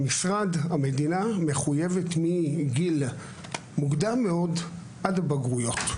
המדינה מחויבת מגיל מוקדם מאוד עד הבגרויות,